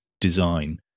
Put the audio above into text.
design